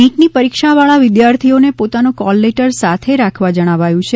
નીટની પરીક્ષા વાળા વિધ્યાર્થીઓને પોતાનો કોલ લેટર સાથે રાખવા જણાવાયું છે